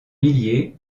milliers